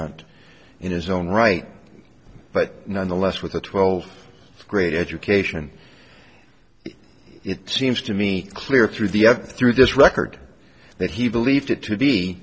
creant in his own right but nonetheless with a twelve grade education it seems to me clear through the other through this record that he believed it to be